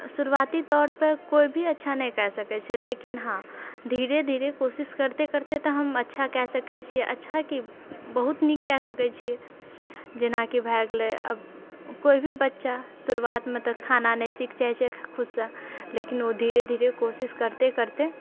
शुरुआती तौर पर कोइ भी अच्छा नहि कए सकैत छै लेकिन हँ धीरे धीरे कोशिश करते करते तऽ हम अच्छा कए सकैत छिऐ अच्छा की बहुत नीक कए सकैत छिऐ जेनाकि भए गेलै आब कोइ भी बच्चा शुरुआतमे तऽ खाना नहि सीख जाइत छै खुदसँ लेकिन ओ धीरे धीरे कोशिश करते करते